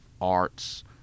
arts